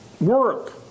work